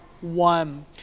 one